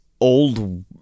old